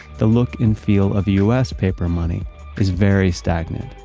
the look and feel of u s. paper money is very stagnant.